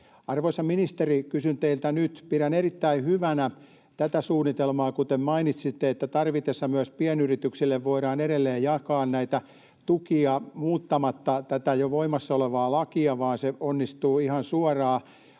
Arvoisa ministeri, kysyn teiltä nyt: pidän erittäin hyvänä tätä suunnitelmaa, kuten mainitsitte, että tarvittaessa myös pienyrityksille voidaan edelleen jakaa näitä tukia muuttamatta tätä jo voimassa olevaa lakia, että se onnistuu ihan suoraan,